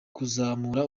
kuzamura